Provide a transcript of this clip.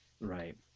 Right